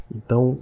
Então